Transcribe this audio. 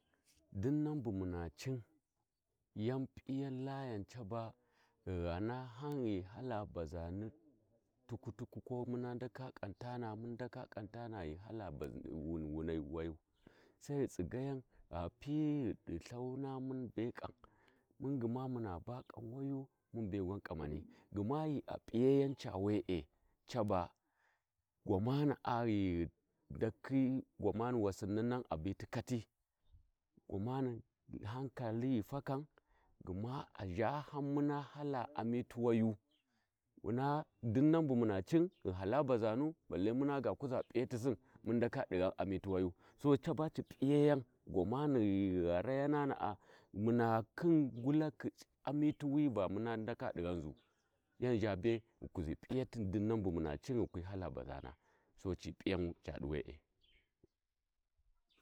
﻿Dinnan bu muna cin ya p’iyan yau caba ghana hau ghi hala bazani tukku-tukku ko muna ndaka ƙan tana mun ndaka kau tana ghi hala bazini Wuni wayu waya Sai tsigaya gha pi ghi lthauna mun be ƙam gma muna ba ƙau wayu mun be gwan ƙamani gma ghi p’iyayau Ca we'e caba gwama na'a ghi ghu ndakhi gwamani wasinni nana biti kati gwama hankali ghi fakan gma a zhahan muna hala amiti Wayu Wuna da dinnan bu muna cin ghi hala bazanu balle muna ga kuzo piyatisin mundaka digha amita wayu so caba a p’iyaya gwana ghighu gharayanana'a muna khin ngulakhi c'iya ngulakhi amitu wi va muna ndaka di ghanzu yan zhabe ghi kuzi p’iyatin dinnan bu muna cin ghikwi hala t'uvana so ci p’iyan Cadi we'e.